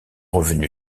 revenu